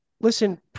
Listen